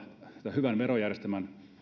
hyvän verojärjestelmän